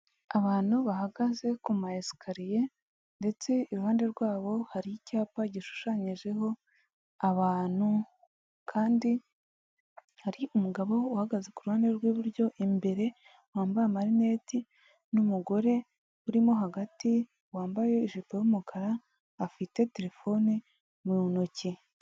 Abantu bahagaze kuma esikariye, ndetse iruhande rwabo hari icyapa gishushanyijeho abantu, kandi hari umugabo uhagaze ku ruhande rw'iburyo, imbere wambaye amarineti, n'umugore urimo hagati wambaye ijipo y'umukara, afite terefone mu ntoki.